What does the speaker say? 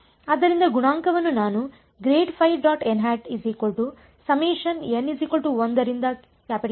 ಆದ್ದರಿಂದ ಗುಣಾಂಕವನ್ನು ನಾನು ಎಂದು ಬರೆಯಬಹುದು ಸರಿ